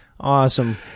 Awesome